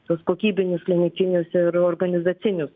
tuos kokybinius klinikinius ir organizacinius